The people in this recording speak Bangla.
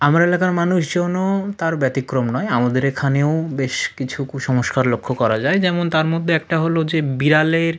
আমার এলাকার মানুষজনও তার ব্যতিক্রম নয় আমাদের এখানেও বেশ কিছু কুসংস্কার লক্ষ করা যায় যেমন তার মধ্যে একটা হলো যে বিড়ালের